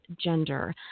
gender